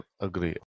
agree